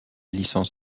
licence